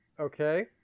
Okay